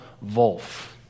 Wolf